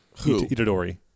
itadori